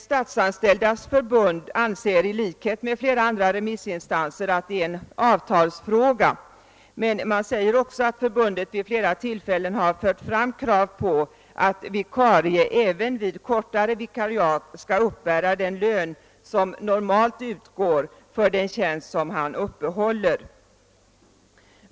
Statsanställdas förbund anser att detta är en avtalsfråga men säger också att förbundet vid flera tillfällen har fört fram krav på att vikarie även vid kortare vikariat skall uppbära den lön som normalt utgår för den tjänst som vederbörande uppehåller.